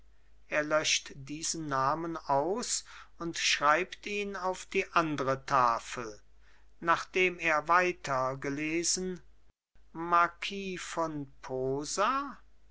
löscht diesen namen aus und schreibt ihn auf die andre tafel nachdem er weitergelesen marquis von posa